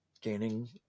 gaining